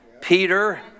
Peter